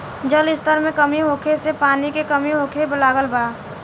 जल स्तर में कमी होखे से पानी के कमी होखे लागल बा